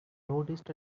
noticed